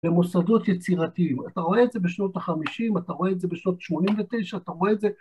למוסדות יצירתיים. אתה רואה את זה בשנות ה-50, אתה רואה את זה בשנות 89, אתה רואה את זה...